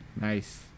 Nice